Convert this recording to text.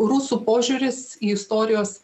rusų požiūris į istorijos